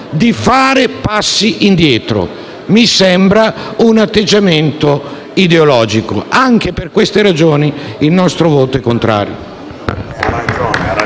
di fare passi indietro. Mi sembra un atteggiamento ideologico. Anche per queste ragioni il nostro voto sarà contrario.